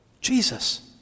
Jesus